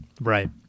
Right